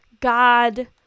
God